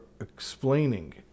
explaining